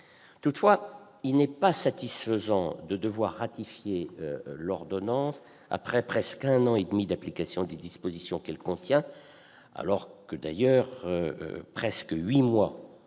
Toutefois, il n'est pas satisfaisant de devoir ratifier l'ordonnance après presque un an et demi d'application des dispositions qu'elle contient, alors même que quasiment huit mois